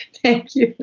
thank you